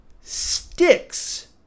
sticks